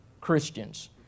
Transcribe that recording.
Christians